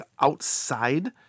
Outside